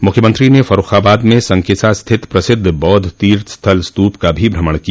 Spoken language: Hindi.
मुख्यमंत्री ने फर्रूखाबाद में संकिसा स्थित प्रसिद्ध बौद्ध तीर्थ स्थल स्तूप का भी भ्रमण किया